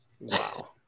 Wow